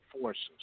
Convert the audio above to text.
forces